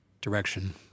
direction